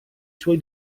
suoi